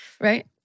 Right